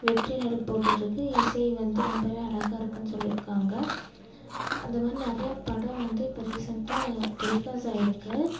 வெற்றிநடைப்போட்டுட்டு இருக்குது இசை வந்து ரொம்பவே அழகா இருக்குதுன்னு சொல்லி இருக்காங்க அந்த மாதிரி நிறைய படம் வந்து இப்போ ரீசெண்டாக டெலிகாஸ்ட் ஆயிருக்குது